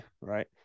right